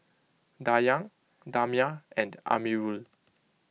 Dayang Damia and Amirul